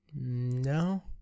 No